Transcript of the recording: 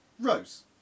Rose